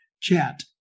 chat